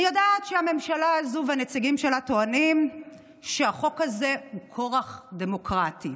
אני יודעת שהממשלה הזו והנציגים שלה טוענים שהחוק הזה הוא כורח דמוקרטי,